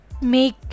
make